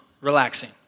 Relaxing